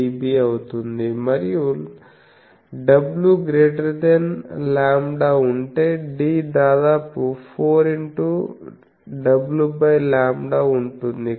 77dB అవుతుంది మరియు w ≫λ ఉంటే D దాదాపు 4wλ ఉంటుంది